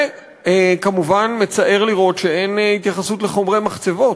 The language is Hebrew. וכמובן מצער לראות שאין התייחסות לחומרי מחצבות,